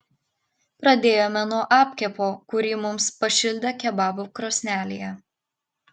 pradėjome nuo apkepo kurį mums pašildė kebabų krosnelėje